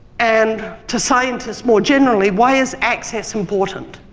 and to scientists more generally, why is access important?